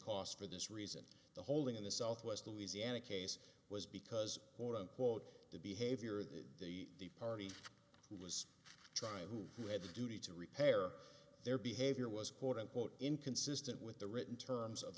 cost for this reason the holding in the southwest louisiana case was because or unquote the behavior that the party was trying who had a duty to repair their behavior was quote unquote inconsistent with the written terms of